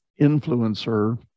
influencer